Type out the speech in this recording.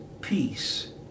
peace